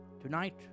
Tonight